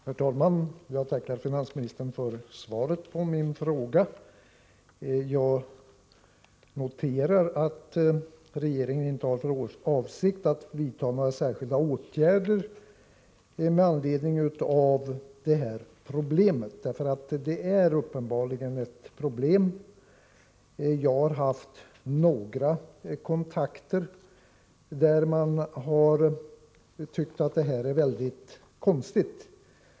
Herr talman! Jag tackar finansministern för svaret på min fråga. Jag noterar att regeringen inte har för avsikt att vidta några särskilda åtgärder med anledning av det problem som jag har tagit upp. Och det är uppenbarligen fråga om ett problem. I några fall som jag har haft kontakt med har man tyckt att nuvarande ordning är mycket konstig.